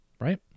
right